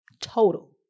total